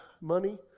money